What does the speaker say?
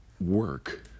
Work